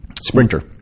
Sprinter